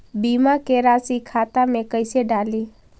बीमा के रासी खाता में कैसे डाली?